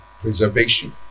Preservation